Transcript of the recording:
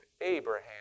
Abraham